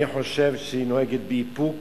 אני חושב שהיא נוהגת באיפוק